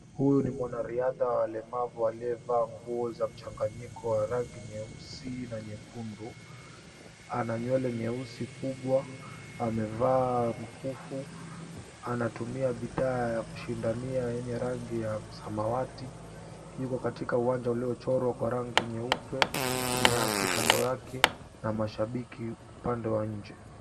Huyu ni mwanariadha wa walemavu aliyeva nguo za mchanganyiko wa rangi nyeusi na nyekundu ana nywele nyeusi kubwa amevaa mkufu, anatumia bidhaa ya kushindania yenye rangi ya samawati, yuko katika uwanja uliochorwa kwa rangi nyeupe, nyasi kando yake na mashabiki upande wa nje.